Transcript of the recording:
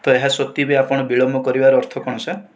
ତ ଏହା ସତ୍ତ୍ୱେ ବି ଆପଣ ବିଳମ୍ବ କରିବା ଅର୍ଥ କ'ଣ ସାର୍